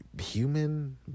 human